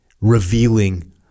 revealing